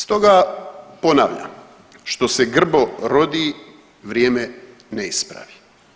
Stoga ponavljam, što se grbo rodi vrijeme ne ispravi.